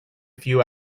few